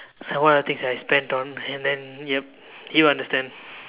ya what are the things I spent on and then yup he'll understand